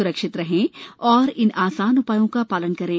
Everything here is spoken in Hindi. सुरक्षित रहें और इन आसान उपायों का पालन करें